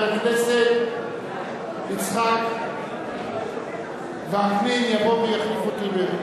הכנסת יצחק וקנין יבוא ויחליף אותי.